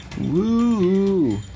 Woo